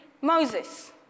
Moses